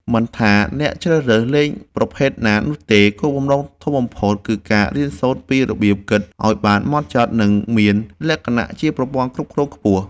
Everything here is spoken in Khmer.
មិនថាអ្នកជ្រើសរើសលេងប្រភេទណានោះទេគោលបំណងធំបំផុតគឺការរៀនសូត្រពីរបៀបគិតឱ្យបានហ្មត់ចត់និងមានលក្ខណៈជាប្រព័ន្ធគ្រប់គ្រងខ្ពស់។